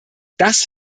das